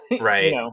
right